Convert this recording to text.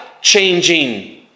changing